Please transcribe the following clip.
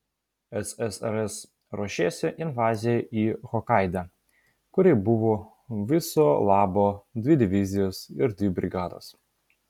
ssrs ruošėsi invazijai į hokaidą kuri buvo viso labo dvi divizijos ir dvi brigados